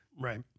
Right